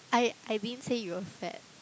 I I didn't say you were fat